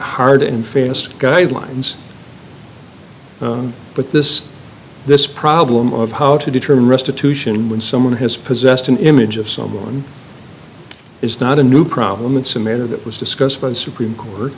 hard in fairness to guidelines but this this problem of how to determine restitution when someone has possessed an image of someone is not a new problem it's a manner that was discussed by the supreme court